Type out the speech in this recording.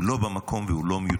הוא לא במקום, והוא מיותר.